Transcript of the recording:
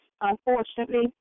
unfortunately